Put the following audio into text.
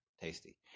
tasty